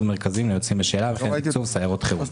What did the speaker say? מרכזים ליוצאים בשאלה וכן תקצוב סיירות חברתיות.